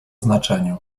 znaczeniu